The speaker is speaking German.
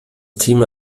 thema